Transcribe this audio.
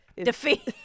Defeat